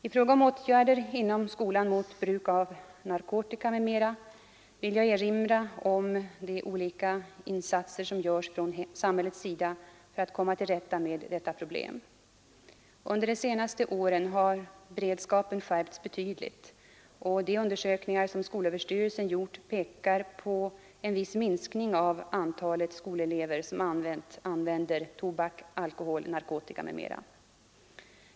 I fråga om åtgärder inom skolan mot bruk av narkotika m.m. vill jag erinra om de olika insatser som görs från samhällets sida för att komma till rätta med detta problem. Under de senaste åren har beredskapen skärpts betydligt, och de undersökningar som skolöverstyrelsen gjort pekar på en viss minskning av antalet skolelever som använt/använder tobak, alkohol, narkotika m.m.